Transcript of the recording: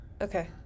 Okay